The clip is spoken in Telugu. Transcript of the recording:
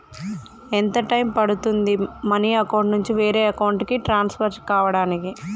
ఎంత టైం పడుతుంది మనీ అకౌంట్ నుంచి వేరే అకౌంట్ కి ట్రాన్స్ఫర్ కావటానికి?